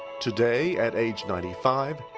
today, at age ninety five,